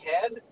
head